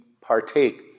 partake